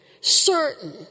certain